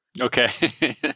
Okay